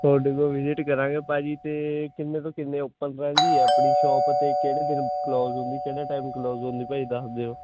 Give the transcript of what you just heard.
ਤੁਹਾਡੇ ਕੋਲ ਵਿਜਿਟ ਕਰਾਂਗੇ ਭਾਅ ਜੀ ਤੇ ਕਿੰਨੇ ਤੋਂ ਕਿੰਨੇ ਓਪਨ ਰਹਿੰਦੇ ਆ ਆਪਣੀ ਸ਼ੋਪ ਤੇ ਕਿਹੜੇ ਦਿਨ ਕਲੋਜ ਹੁੰਦੀ ਕਿਹੜਾ ਟਾਈਮ ਕਲੋਜ ਹੁੰਦੀ ਭਾਅ ਜੀ ਦੱਸ ਦਿਓ